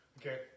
Okay